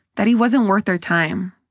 that he wasn't worth their time.